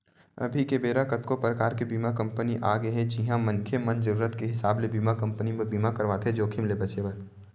अभी के बेरा कतको परकार के बीमा कंपनी आगे हे जिहां मनखे मन जरुरत के हिसाब ले बीमा कंपनी म बीमा करवाथे जोखिम ले बचें बर